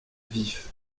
vif